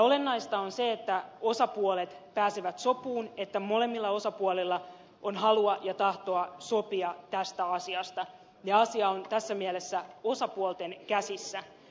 olennaista on se että osapuolet pääsevät sopuun että molemmilla osapuolilla on halua ja tahtoa sopia tästä asiasta ja asia on tässä mielessä osapuolten käsissä